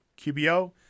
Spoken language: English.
QBO